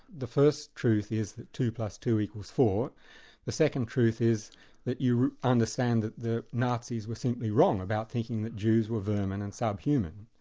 the first truth is that two plus two equals four the second truth is that you understand that the nazis were simply wrong about thinking that jews were vermin and sub-human.